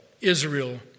Israel